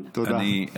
תודה.